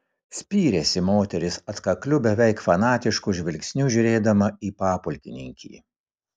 spyrėsi moteris atkakliu beveik fanatišku žvilgsniu žiūrėdama į papulkininkį